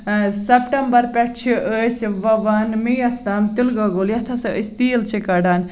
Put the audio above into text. September پٮ۪ٹھ چھِ أسۍ وَۄوان میے یَس تام تلہٕ گۄگُل یَتھ ہسا أسۍ تیٖل چھِ کَڑان